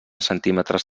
centímetres